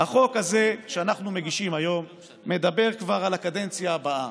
החוק הזה שאנחנו מגישים היום מדבר כבר על הקדנציה הבאה,